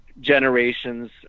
generations